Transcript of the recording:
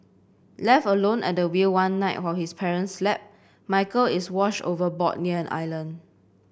left alone at the wheel one night while his parents slept Michael is washed overboard near an island